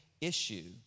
issue